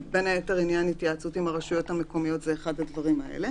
ובין היתר עניין ההתייעצות עם הרשויות המקומיות זה אחד הדברים האלה.